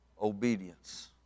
obedience